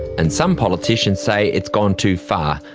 and some politicians say it's gone too far,